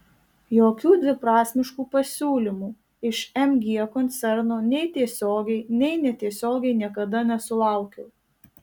jokių dviprasmiškų pasiūlymų iš mg koncerno nei tiesiogiai nei netiesiogiai niekada nesulaukiau